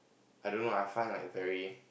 I don't know I find like very